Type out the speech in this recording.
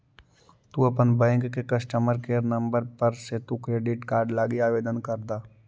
तु अपन बैंक के कस्टमर केयर नंबर पर से तु क्रेडिट कार्ड लागी आवेदन कर द